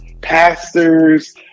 pastors